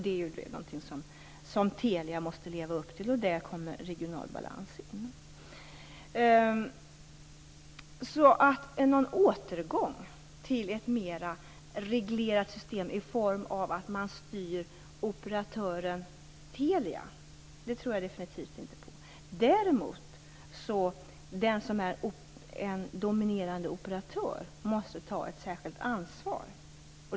Det är ju något som Telia måste leva upp till, och där kommer regional balans in. Så någon återgång till ett mer reglerat system i form av att man styr operatören Telia tror jag definitivt inte på. Däremot måste den som är dominerande operatör ta ett särskilt ansvar.